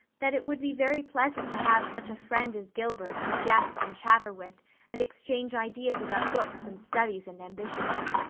that it would be very pleasant to have such a friend as gilbert to jest and chatter with and exchange ideas about books and studies and ambitions.